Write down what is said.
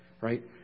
right